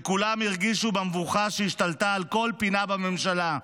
וכולם הרגישו במבוכה שהשתלטה על כל פינה בממשלה.